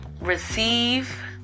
Receive